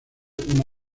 una